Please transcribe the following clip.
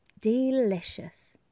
Delicious